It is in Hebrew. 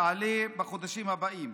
תעלה בחודשים הבאים.